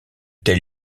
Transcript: tels